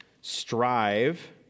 strive